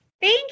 thank